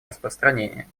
распространение